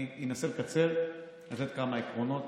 אני אנסה לקצר, לתת כמה עקרונות.